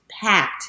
packed